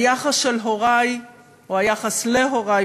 היחס להורי וחבריהם